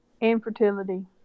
infertility